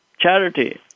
charity